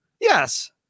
Yes